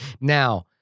Now